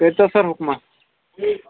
کٔرۍتَو سر حُکما